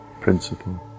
principle